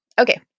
Okay